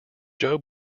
joe